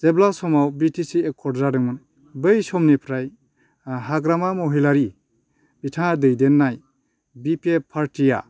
जेब्ला समाव B T C accord जादोंमोन बै समनिफ्राय हाग्रामा महिलारि बिथाङा दैदेननाय बि पि एफ पार्टिया